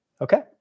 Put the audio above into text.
Okay